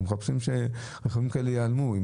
אנחנו מחפשים שרכבים כאלה ייעלמו.